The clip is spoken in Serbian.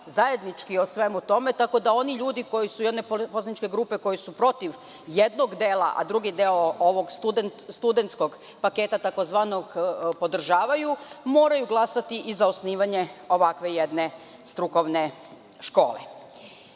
zajednički o svemu tome, tako da oni ljudi koji su, jedne poslaničke grupe, protiv jednog dela, a drugi deo ovog studentskog paketa podržavaju, moraju glasati i za osnivanje ovakve jedne strukovne škole. Prvi